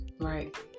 Right